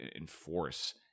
enforce